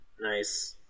Nice